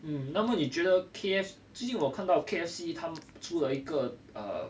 um 那么你觉得 K F 最近我看到 K_F_C 他出了一个 err